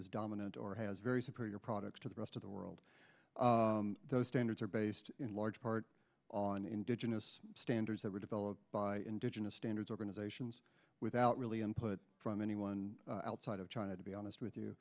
is dominant or has very superior products to the rest of the world those standards are based in large part on indigenous standards that were developed by indigenous standards organizations without really input from anyone outside of china to be honest with you